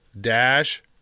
Dash